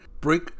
break